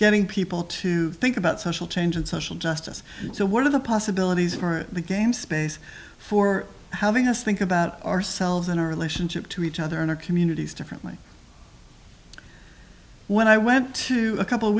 getting people to think about social change and social justice so one of the possibilities for the game space for having us think about ourselves in our relationship to each other in our communities differently when i went to a couple